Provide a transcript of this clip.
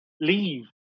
leave